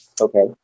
Okay